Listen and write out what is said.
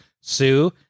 Sue